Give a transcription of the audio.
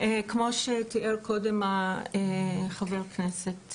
כמו שתיאר קודם חבר הכנסת.